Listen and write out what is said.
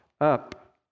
up